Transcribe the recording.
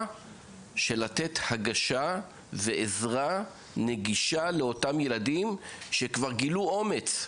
של לתת הגשה ועזרה נגישה לאותם ילדים שכבר גילו אומץ.